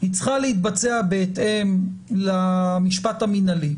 צריכה להתבצע בהתאם למשפט המנהלי: